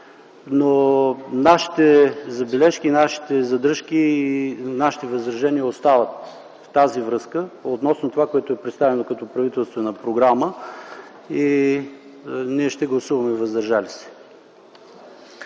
Нашите забележки и нашите задръжки, нашите възражения остават. В тази връзка относно това, което е представено като правителствена програма, ние ще гласуваме „въздържали се”.